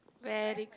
very good